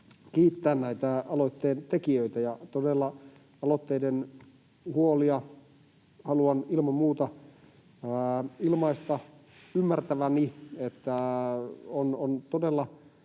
kiittää näitä aloitteentekijöitä, ja todella aloitteentekijöiden huolia haluan ilman muuta ilmaista ymmärtäväni: on todella